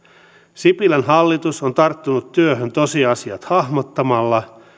sipilän hallitus on tarttunut työhön tosiasiat hahmottamalla